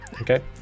Okay